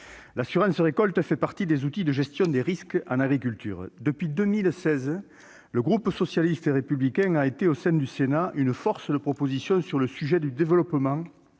L'assurance récolte fait partie des outils de gestion des risques en agriculture. Depuis 2016, le groupe socialiste et républicain a été, au sein du Sénat, une force de proposition sur le sujet du développement